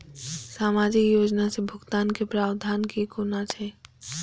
सामाजिक योजना से भुगतान के प्रावधान की कोना छै?